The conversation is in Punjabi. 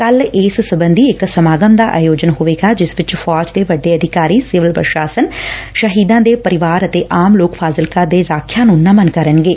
ਕੱਲ੍ ਇਸ ਸਬੰਧੀ ਇਕ ਸਮਾਗਮ ਦਾ ਆਯੋਜਿਨ ਹੋਵੇਗਾ ਜਿਸ ਚ ਫੌਜ ਦੇ ਵੱਡੇ ਅਧਿਕਾਰੀ ਸਿਵਲ ਪ੍ਰਸ਼ਾਸਨ ਸ਼ਹੀਦਾਂ ਦੇ ਪਰਿਵਾਰ ਅਤੇ ਆਮ ਲੋਕ ਫਾਜ਼ਿਲਕਾ ਦੇ ਰਾਖਿਆ ਨੂੰ ਨਮਨ ਕਰਨਗੇ